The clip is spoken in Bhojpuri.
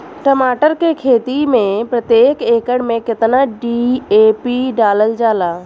टमाटर के खेती मे प्रतेक एकड़ में केतना डी.ए.पी डालल जाला?